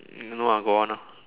um no ah got one ah